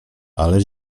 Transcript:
ale